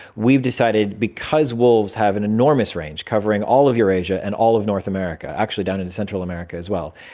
we've decided because wolves have enormous range covering all of eurasia and all of north america, actually down in central america as well,